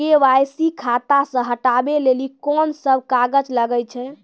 KYC खाता से हटाबै लेली कोंन सब कागज लगे छै?